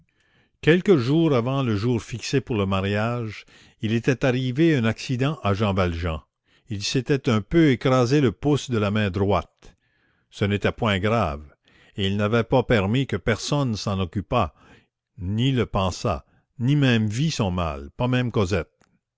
quelques jours avant le jour fixé pour le mariage il était arrivé un accident à jean valjean il s'était un peu écrasé le pouce de la main droite ce n'était point grave et il n'avait pas permis que personne s'en occupât ni le pansât ni même vit son mal pas même cosette